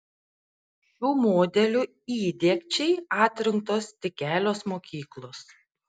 šių modelių įdiegčiai atrinktos tik kelios mokyklos